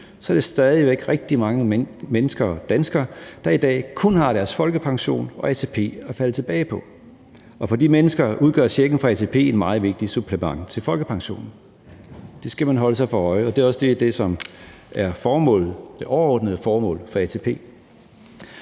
er der stadig væk rigtig mange danskere, der i dag kun har deres folkepension og ATP at falde tilbage på. Og for de mennesker udgør checken fra ATP et meget vigtigt supplement til folkepensionen. Det skal man holde sig for øje, og det er også det, som er det overordnede formål med ATP.